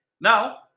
Now